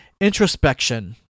introspection